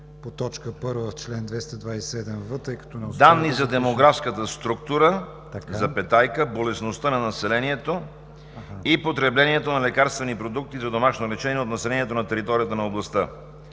ГЕОРГИ МИХАЙЛОВ: „Данни за демографската структура, болестността на населението и потреблението на лекарствени продукти за домашно лечение от населението на територията на областта.“